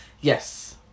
Yes